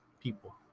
people